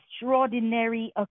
extraordinary